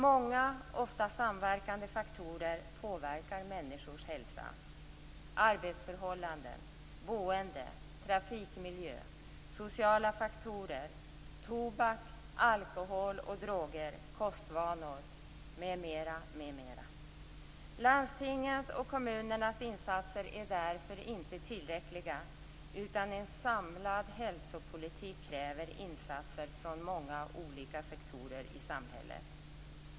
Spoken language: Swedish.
Många ofta samverkande faktorer påverkar människors hälsa: arbetsförhållanden, boende, trafikmiljö, sociala faktorer, tobak, alkohol, droger, kostvanor m.m. Landstingens och kommunernas insatser är därför inte tillräckliga, utan en samlad hälsopolitik kräver insatser från många olika sektorer i samhället.